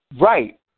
Right